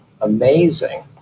amazing